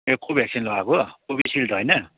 ए को भ्याक्सिन लगाएको कोभिसिल्ड होइन